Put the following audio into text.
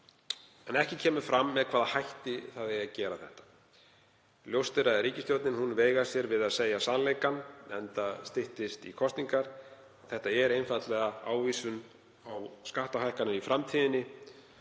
en ekki kemur fram með hvaða hætti eigi að gera þetta. Ljóst er að ríkisstjórnin veigrar sér við að segja sannleikann enda styttist í kosningar. Þetta er einfaldlega ávísun á skattahækkanir í framtíðinni